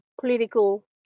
political